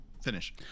Finish